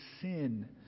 sin